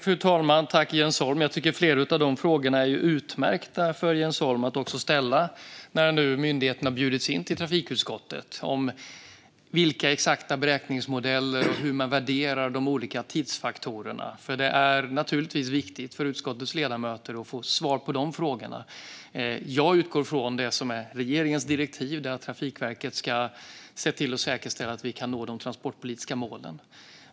Fru talman! Jag tycker att flera av Jens Holms frågor är utmärkta att ställa när nu myndigheten har bjudits in till trafikutskottet. Det handlar om de exakta beräkningsmodellerna och om hur man värderar de olika tidsfaktorerna. Det är naturligtvis viktigt för utskottets ledamöter att få svar på de frågorna. Jag utgår från det som är regeringens direktiv, nämligen att Trafikverket ska säkerställa att vi kan nå de transportpolitiska målen.